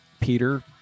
Peter